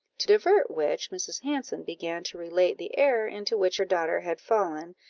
to divert which, mrs. hanson began to relate the error into which her daughter had fallen,